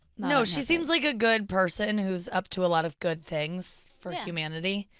no, she seems like a good person, who's up to a lot of good things for humanity.